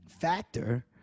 factor